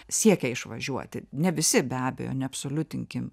siekia išvažiuoti ne visi be abejo neabsoliutinkim